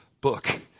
book